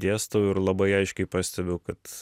dėstau ir labai aiškiai pastebiu kad